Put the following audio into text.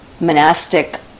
monastic